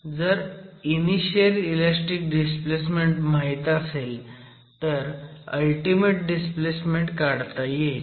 जर initial elastic displacement माहीत असेल तर अल्टीमेट डिस्प्लेसमेन्ट काढता येईल